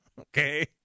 okay